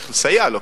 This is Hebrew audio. צריך לסייע לו,